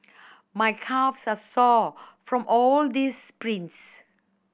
my calves are sore from all the sprints